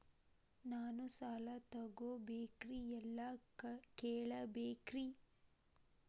ನಾನು ಸಾಲ ತೊಗೋಬೇಕ್ರಿ ಎಲ್ಲ ಕೇಳಬೇಕ್ರಿ?